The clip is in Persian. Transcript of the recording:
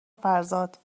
فرزاد